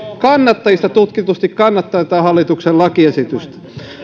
kannattajistanne tutkitusti kannattaa tätä hallituksen lakiesitystä